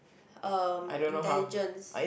um intelligence